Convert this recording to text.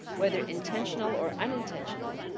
whether intentional or unintentional,